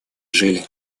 жили